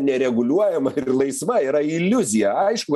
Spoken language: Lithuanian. nereguliuojama ir laisva yra iliuzija aišku